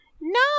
no